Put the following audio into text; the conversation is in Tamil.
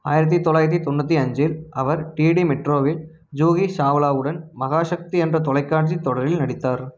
ஆயிரத்து தொள்ளாயிரத்து தொண்ணூற்றி அஞ்சில் அவர் டிடி மெட்ரோவில் ஜூஹி சாவ்லாவுடன் மகாசக்தி என்ற தொலைக்காட்சி தொடரில் நடித்தார்